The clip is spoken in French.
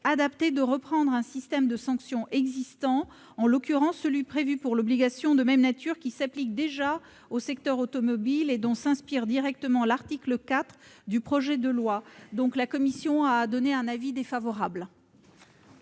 adapté de reprendre un régime de sanctions existant, en l'occurrence celui qui est prévu pour l'obligation de même nature s'appliquant déjà au secteur automobile et dont s'inspire directement l'article 4 du projet de loi. La commission a par conséquent émis un avis défavorable